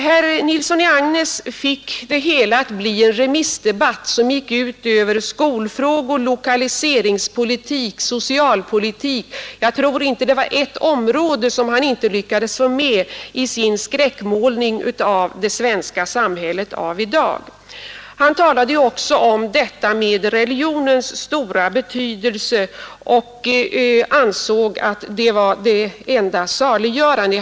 Herr Nilsson i Agnäs fick det hela att bli en remissdebatt som gick ut över skolfrågor, lokaliseringspolitik, socialpolitik — jag tror inte det var ett enda område som han inte lyckades få med i sin skräckmålning av det svenska samhället av i dag. Han talade också om detta med religionens stora betydelse och ansåg att det var det enda saliggörande.